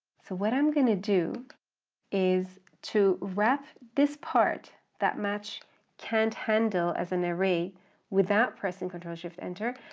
so what i'm going to do is to wrap this part that match can't handle as an array without pressing control shift enter,